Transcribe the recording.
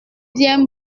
bien